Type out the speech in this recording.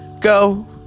Go